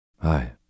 Hi